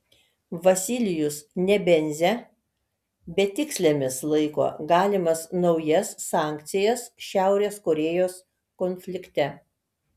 vasilijus nebenzia betikslėmis laiko galimas naujas sankcijas šiaurės korėjos konflikte